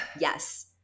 Yes